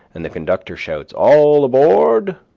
and the conductor shouts all aboard!